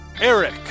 Eric